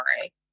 right